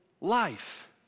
life